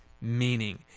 meaning